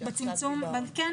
כן.